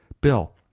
Bill